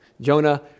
Jonah